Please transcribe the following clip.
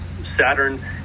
Saturn